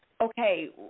Okay